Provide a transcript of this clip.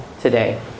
today